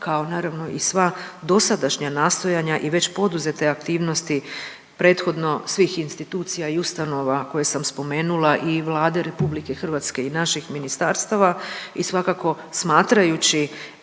kao naravno i sva dosadašnja nastojanja i već poduzete aktivnosti prethodno svih institucija i ustanova koje sam spomenula i Vlade RH i naših ministarstava i svakako smatrajući